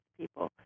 people